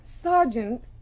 Sergeant